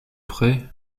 près